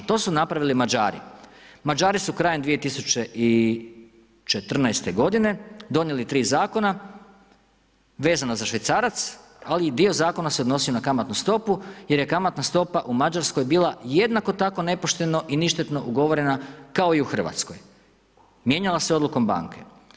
To su napravili Mađari, Mađari su krajem 2014. g. donijeli 3 zakona, vezano za švicarac, ali i dio zakona se odnosi na kamatnu stopu, jer je kamatna stopa u Mađarskoj bila jednako tako nepošteno i ništetno ugovorena kao i u Hrvatskoj, mijenjala se odlukom banke.